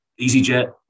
EasyJet